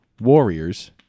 warriors